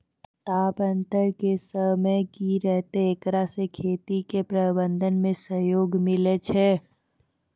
तापान्तर के समय की रहतै एकरा से खेती के प्रबंधन मे सहयोग मिलैय छैय?